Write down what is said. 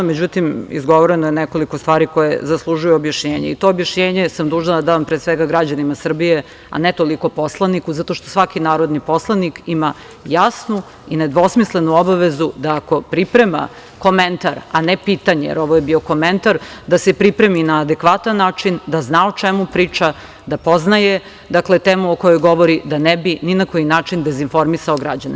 Međutim, izgovoreno je nekoliko stvari koje zaslužuju objašnjenje i to objašnjenje sam dužna da dam pre svega građanima Srbije, a ne toliko poslaniku zato što svaki narodni poslanik ima jasnu i nedvosmislenu obavezu da ako priprema komentar, a ne pitanje, jer ovo je bio komentar, da se pripremi na adekvatan način, da zna o čemu priča, da poznaje temu o kojoj govori da ne bi ni na koji način dezinformisao građane.